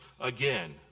again